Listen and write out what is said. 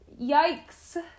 Yikes